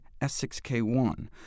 S6K1